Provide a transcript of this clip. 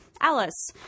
Alice